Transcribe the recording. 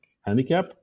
handicap